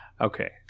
okay